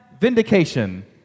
Vindication